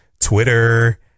Twitter